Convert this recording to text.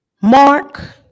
Mark